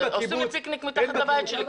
עושים לי פיקניק מתחת לבית שלי,